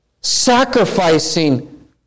sacrificing